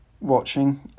watching